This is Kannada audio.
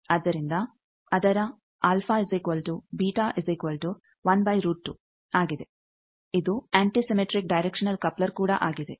ಆದ್ದರಿಂದ ಅದರ ಆಗಿದೆ ಇದು ಆಂಟಿಸಿಮೆಟ್ರಿಕ್ ಡೈರೆಕ್ಷನಲ್ ಕಪ್ಲರ್ ಕೂಡ ಆಗಿದೆ